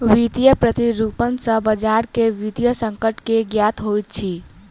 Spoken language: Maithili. वित्तीय प्रतिरूपण सॅ बजार के वित्तीय संकट के ज्ञात होइत अछि